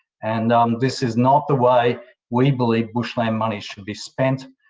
and um this is not the way way believe bushland money should be spent.